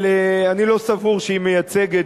אבל אני לא סבור שהיא מייצגת,